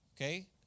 okay